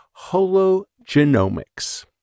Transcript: hologenomics